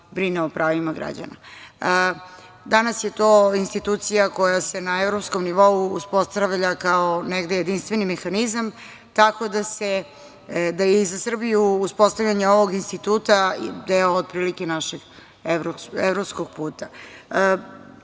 brine o pravima građana. Danas je to institucija koja se na evropskom nivou uspostavlja kao negde jedinstveni mehanizam, tako da je i za Srbiju uspostavljanje ovog instituta deo otprilike našeg evropskog